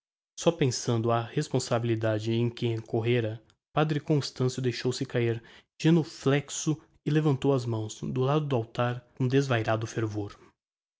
sopesando a responsabilidade em que incorrera padre constancio deixou-se cair genuflexo e levantou as mãos do lado do altar com desvairado fervor